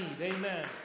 Amen